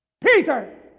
Peter